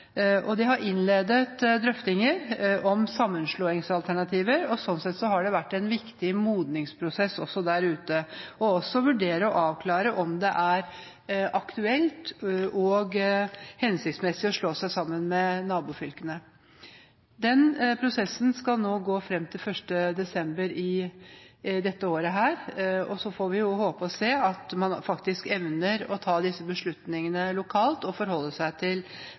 har innledet drøftinger om sammenslåingsalternativer. Sånn sett har det vært en viktig modningsprosess også der ute å vurdere og avklare om det er aktuelt og hensiktsmessig å slå seg sammen med nabofylkene. Den prosessen skal nå gå fram til 1. desember i år, og så får vi håpe at man faktisk evner å ta disse beslutningene lokalt og forholde seg til